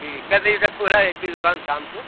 जी कै बजे तक खुला रहती है दुकान शाम को